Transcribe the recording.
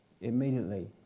immediately